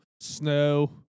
snow